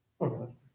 Okay